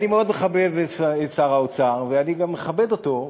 אני מאוד מחבב את שר האוצר ואני גם מכבד אותו,